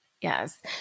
Yes